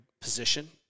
position